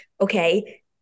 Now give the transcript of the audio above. okay